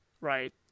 right